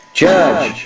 judge